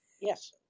Yes